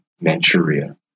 Manchuria